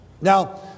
Now